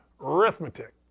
arithmetic